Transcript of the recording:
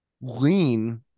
lean